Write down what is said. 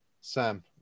Sam